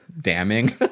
damning